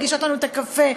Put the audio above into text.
מגישות לנו את הקפה,